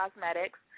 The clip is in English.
cosmetics